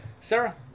Sarah